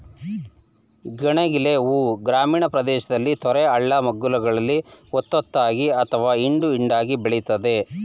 ಗಣಗಿಲೆ ಹೂ ಗ್ರಾಮೀಣ ಪ್ರದೇಶದಲ್ಲಿ ತೊರೆ ಹಳ್ಳಗಳ ಮಗ್ಗುಲಲ್ಲಿ ಒತ್ತೊತ್ತಾಗಿ ಅಥವಾ ಹಿಂಡು ಹಿಂಡಾಗಿ ಬೆಳಿತದೆ